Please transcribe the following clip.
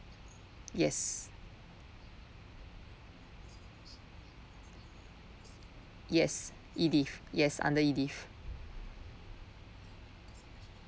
yes yes edith yes under edith